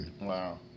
Wow